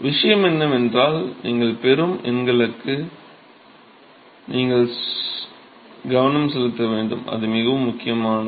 விஷயம் என்னவென்றால் நீங்கள் பெறும் எண்களுக்கு நீங்கள் கவனம் செலுத்த வேண்டும் அது மிகவும் முக்கியமானது